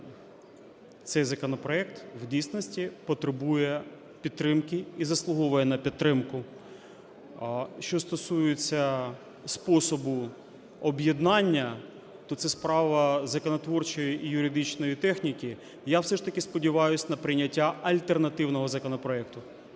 цей законопроект в дійсності потребує підтримки і заслуговує на підтримку. А що стосується способу об'єднання, то це справа законотворчої і юридичної техніки. Я все ж таки сподіваюсь на прийняття альтернативного законопроекту.